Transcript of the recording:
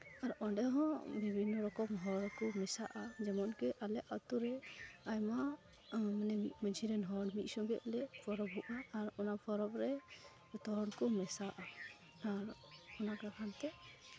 ᱟᱨ ᱚᱸᱰᱮ ᱦᱚᱸ ᱵᱤᱵᱷᱤᱱᱱᱚ ᱨᱚᱠᱚᱢ ᱦᱚᱲ ᱠᱚ ᱢᱮᱥᱟᱜᱼᱟ ᱡᱮᱢᱚᱱᱠᱤ ᱟᱞᱮ ᱟᱛᱳ ᱨᱮ ᱟᱭᱢᱟ ᱢᱟᱹᱡᱷᱤ ᱨᱮᱱ ᱦᱚᱲ ᱢᱤᱫ ᱥᱚᱸᱜᱮᱜ ᱞᱮ ᱯᱚᱨᱚᱵᱚᱜᱼᱟ ᱟᱨ ᱚᱱᱟ ᱯᱚᱨᱚᱵᱽ ᱨᱮ ᱡᱚᱛᱚ ᱦᱚᱲ ᱠᱚ ᱢᱮᱥᱟᱜᱼᱟ ᱟᱨ ᱚᱱᱟ ᱠᱚ ᱠᱷᱚᱱ ᱛᱮ